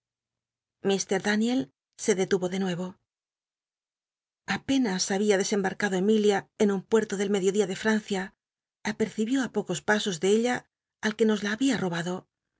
mr daniel se detuvo de nuevo apenas babia desembarcado emilia en un puerto del mediodía de francia apercibió á pocos pasos do ella al que nos la había tobado